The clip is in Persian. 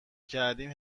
کردیم